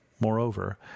Moreover